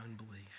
unbelief